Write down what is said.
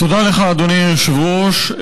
היושב-ראש.